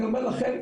אני אומר לכם,